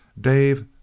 Dave